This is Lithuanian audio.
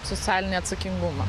socialinį atsakingumą